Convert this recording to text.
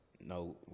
no